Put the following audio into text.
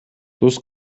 туз